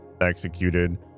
executed